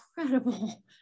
incredible